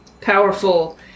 powerful